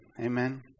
Amen